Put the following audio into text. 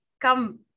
come